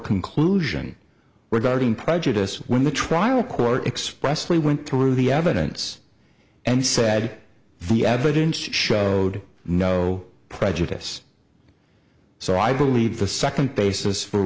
conclusion regarding prejudice when the trial court expressly went through the evidence and said the evidence showed no prejudice so i believe the second basis for